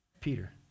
Peter